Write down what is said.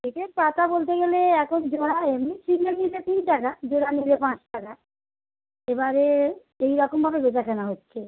সেটের পাতা বলতে গেলে এখন জোড়া এমনি সিঙ্গেল নিলে তিন টাকা জোড়া নিলে পাঁচ টাকা এবারে এই রকমভাবে বেচা কেনা হচ্ছে